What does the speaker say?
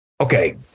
okay